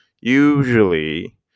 usually